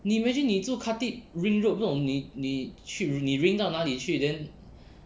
你 imagine 你住 khatib ring road 这种你你去你 ring 到哪里去 then